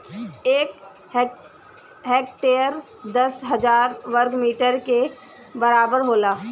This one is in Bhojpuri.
एक हेक्टेयर दस हजार वर्ग मीटर के बराबर होला